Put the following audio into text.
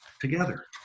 together